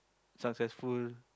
successful